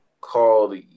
called